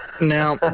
Now